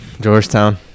Georgetown